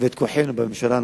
ואת כוחנו בממשלה הנוכחית,